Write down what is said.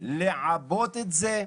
לעבות את זה,